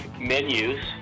menus